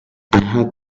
had